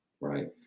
right